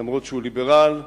אף-על-פי שהוא ליברל,